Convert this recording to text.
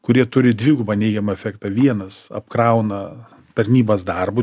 kurie turi dvigubą neigiamą efektą vienas apkrauna tarnybas darbu